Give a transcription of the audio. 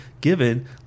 given